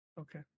Okay